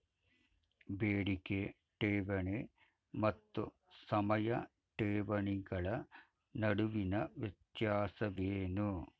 ಬೇಡಿಕೆ ಠೇವಣಿ ಮತ್ತು ಸಮಯ ಠೇವಣಿಗಳ ನಡುವಿನ ವ್ಯತ್ಯಾಸವೇನು?